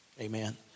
Amen